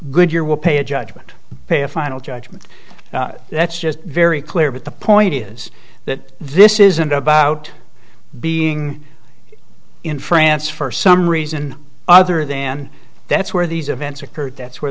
goodyear will pay a judgment pay a final judgment that's just very clear but the point is that this isn't about being in france for some reason other than that's where these events occurred that's where